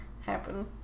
happen